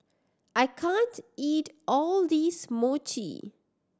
I can't eat all this Mochi